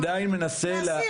מן הסתם,